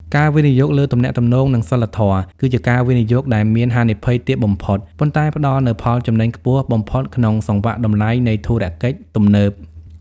ការវិនិយោគលើ "ទំនាក់ទំនង និងសីលធម៌" គឺជាការវិនិយោគដែលមានហានិភ័យទាបបំផុត ប៉ុន្តែផ្ដល់នូវផលចំណេញខ្ពស់បំផុតក្នុងសង្វាក់តម្លៃនៃធុរកិច្ចទំនើប។